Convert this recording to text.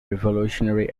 revolutionary